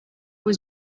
was